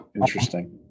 interesting